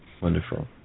wonderful